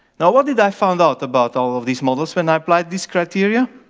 now what did i find out about all of these models when i applied these criteria?